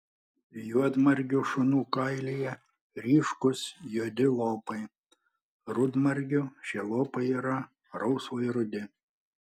juodmargių šunų kailyje ryškūs juodi lopai rudmargių šie lopai yra rausvai rudi